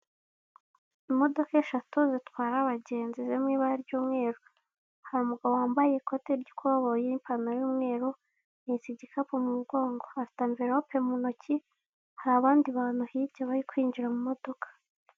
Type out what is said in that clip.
Imodoka eshatu zitwaye abagenzi ziri mu ibara ry'umweru. Hari umugabo wambaye ikote ry'ikoboyi, ipantaro y'umweru, ahetse igikapu mumugongo, afite amvelope muntoki, hari abandi bantu hirya bari kwinjira mumodoka.